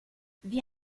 wie